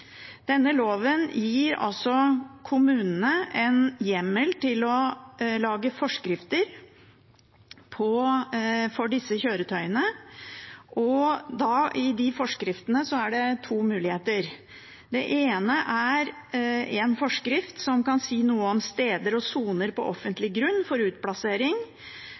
Denne loven gir kommunene en hjemmel til å lage forskrifter for disse kjøretøyene. I de forskriftene er det to muligheter. Den ene er en forskrift som kan si noe om steder og soner på offentlig grunn for utplassering,